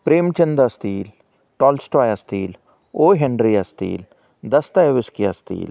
प्रेमचंद असतील टॉल्स्टॉय असतील O Henry असतील दस्ता यवस्की असतील